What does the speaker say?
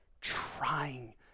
trying